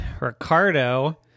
Ricardo